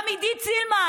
גם עידית סילמן,